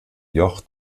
joch